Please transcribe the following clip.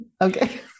Okay